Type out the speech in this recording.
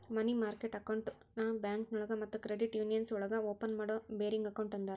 ಮನಿ market ಅಕೌಂಟ್ನ ಬ್ಯಾಂಕೋಳಗ ಮತ್ತ ಕ್ರೆಡಿಟ್ ಯೂನಿಯನ್ಸ್ ಒಳಗ ಓಪನ್ ಮಾಡೋ ಬೇರಿಂಗ್ ಅಕೌಂಟ್ ಅಂತರ